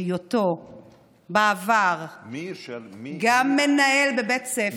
בהיותו בעבר גם מנהל בבית ספר,